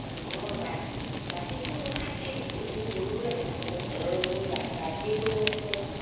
নহয় গা গাখীৰটো মোৰ খাটি মোৰ গৰুৰ গাখীৰটো মোৰ ঘৰৰ মোৰ গা জাৰ্চি গৰু আছে